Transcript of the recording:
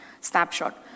snapshot